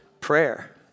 Prayer